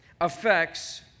affects